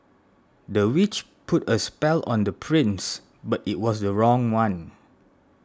the witch put a spell on the prince but it was the wrong one